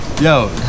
Yo